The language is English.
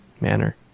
Manner